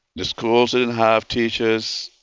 the schools didn't have teachers.